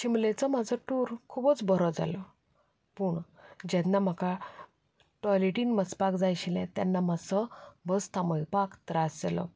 शिमलेचो म्हाजो टूर खुबूच बरो जालो पूण जेन्ना म्हाका टॉयलेटीन वचपाक जाय आशिल्लें तेन्ना मातसो बस थांबोवपाक त्रास जालो